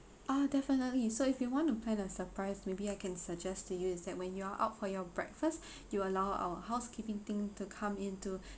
ah definitely so if you want to plan the surprise maybe I can suggest to you is that when you are out for your breakfast you allow our housekeeping thing to come into